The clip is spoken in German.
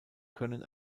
können